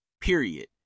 period